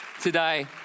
today